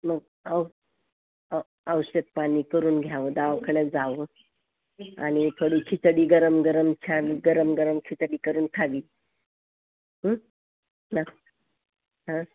मग औ औषधपाणी करून घ्यावं दवाखान्यात जावं आणि थोडी खिचडी गरम गरम छान गरम गरम खिचडी करून खावी हं ना